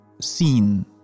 seen